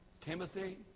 Timothy